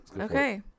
Okay